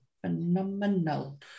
Phenomenal